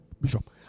Bishop